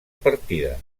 partides